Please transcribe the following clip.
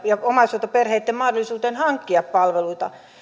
ja omaishoitoperheiden mahdollisuuteen hankkia palveluita